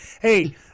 Hey